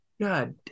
god